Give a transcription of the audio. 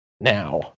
now